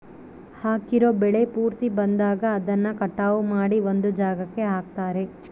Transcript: ಹಾಕಿರೋ ಬೆಳೆ ಪೂರ್ತಿ ಬಂದಾಗ ಅದನ್ನ ಕಟಾವು ಮಾಡಿ ಒಂದ್ ಜಾಗಕ್ಕೆ ಹಾಕ್ತಾರೆ